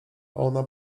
ona